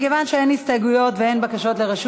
מכיוון שאין הסתייגויות ואין בקשות לרשות